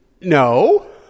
no